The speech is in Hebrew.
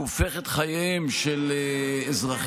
הוא הופך את חייהם של אזרחים,